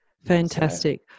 Fantastic